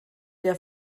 der